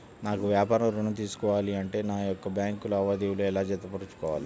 నాకు వ్యాపారం ఋణం తీసుకోవాలి అంటే నా యొక్క బ్యాంకు లావాదేవీలు ఎలా జరుపుకోవాలి?